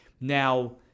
Now